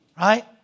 right